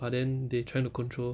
but then they trying to control